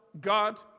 God